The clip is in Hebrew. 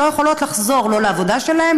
שלא יכולות לחזור לעבודה שלהן,